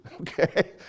Okay